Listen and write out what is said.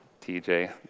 TJ